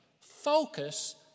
focus